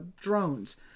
drones